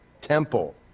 temple